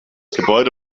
gebäude